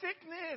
sickness